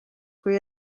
kui